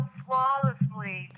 flawlessly